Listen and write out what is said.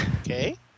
Okay